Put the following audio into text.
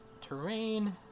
terrain